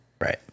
Right